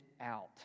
out